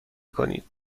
کنید